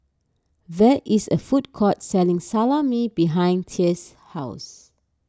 there is a food court selling Salami behind thea's house